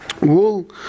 wool